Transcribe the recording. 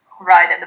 right